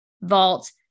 vault